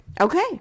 Okay